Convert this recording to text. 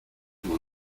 mon